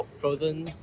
Frozen